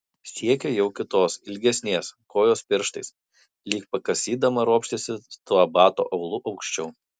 siekė jau kitos ilgesnės kojos pirštais lyg pakasydama ropštėsi tuo bato aulu aukščiau